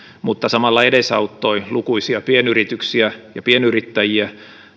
mutta samalla edesauttoi lukuisia pienyrityksiä ja pienyrittäjiä